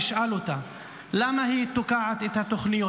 תשאל אותה למה היא תוקעת את התוכניות,